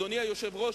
אדוני היושב-ראש,